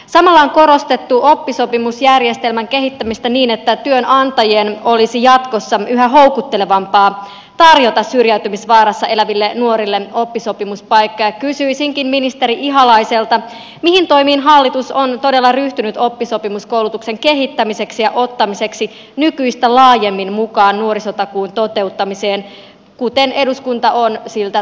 asemaan korostettua oppisopimusjärjestelmän kehittämistä niin että työnantajien olisi jatkossa yhä houkuttelevampaa tarjota syrjäytymisvaarassa eläville nuorille oppisopimuspaikkaä kysyisinkin ministeri ihalaiselta mihin toimiin hallitus on todella ryhtynyt oppisopimuskoulutuksen kehittämiseksi ja ottamiseksi nykyistä laajemmin mukaan nuorisotakuun toteuttamiseen kuten eduskunta on siltä